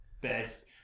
best